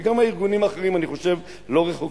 וגם הארגונים האחרים, אני חושב, לא רחוקים.